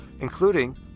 including